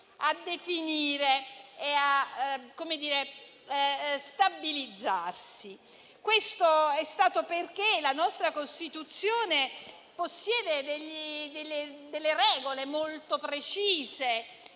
a definire e a stabilizzare. Ciò è stato perché la nostra Costituzione ha delle regole molto precise